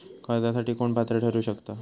कर्जासाठी कोण पात्र ठरु शकता?